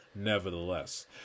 Nevertheless